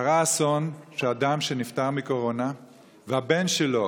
קרה אסון שאדם שנפטר מקורונה והבן שלו